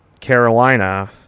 carolina